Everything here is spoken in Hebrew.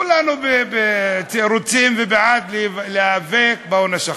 כולנו רוצים ובעד להיאבק בהון השחור,